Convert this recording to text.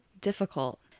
difficult